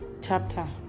chapter